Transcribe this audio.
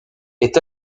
est